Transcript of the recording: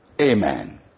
amen